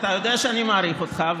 אתה יודע שאני מעריך אותך,